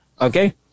Okay